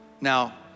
Now